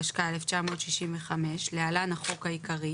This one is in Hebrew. התשכ"ה-1965 (להלן החוק העיקרי),